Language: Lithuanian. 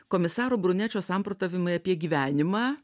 komisaro brunečio samprotavimai apie gyvenimą